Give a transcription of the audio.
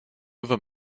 other